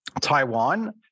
Taiwan